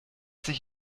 sich